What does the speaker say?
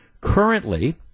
Currently